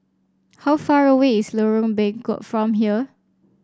how far away is Lorong Bengkok from here